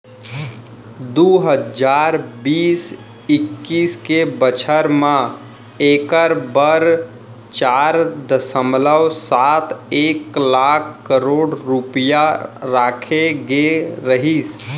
दू हजार बीस इक्कीस के बछर म एकर बर चार दसमलव सात एक लाख करोड़ रूपया राखे गे रहिस